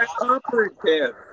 operative